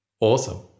Awesome